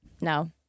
no